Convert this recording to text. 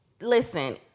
listen